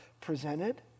presented